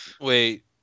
Wait